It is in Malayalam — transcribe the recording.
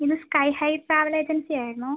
ഇത് സ്കൈ ഹൈ ട്രാവൽ എജൻസി ആയിരുന്നോ